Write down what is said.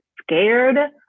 scared